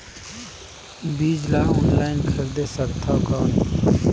बीजा ला ऑनलाइन खरीदे सकथव कौन?